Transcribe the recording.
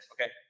okay